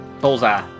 Bullseye